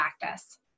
practice